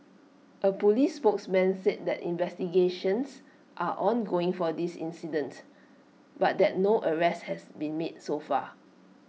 A Police spokesman said that investigations are ongoing for this incident but that no arrests has been made so far